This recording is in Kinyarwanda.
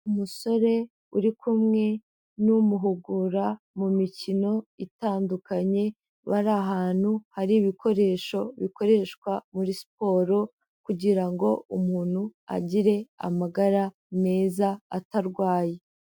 Umusore uri kumwe n'umuhugura mu mikino itandukanye, bari ahantu hari ibikoresho bikoreshwa muri siporo kugira ngo umuntu agire amagara meza atarwaye.